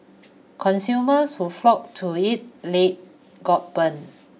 consumers who flocked to it late got burned